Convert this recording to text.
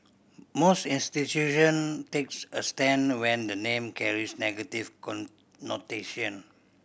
most institution takes a stand when the name carries negative connotation